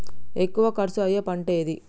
ఎక్కువ ఖర్చు అయ్యే పంటేది?